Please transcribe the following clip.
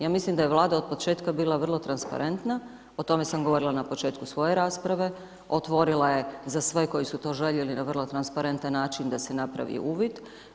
Ja mislim da je Vlada od početka bila vrlo transparentna o tome sam govorila na početku svoje rasprave, otvorila je za sve koji su to željeli na vrlo transparentan način da se napravi uvid.